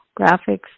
graphics